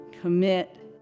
commit